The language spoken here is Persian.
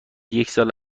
یکسال